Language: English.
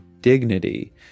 dignity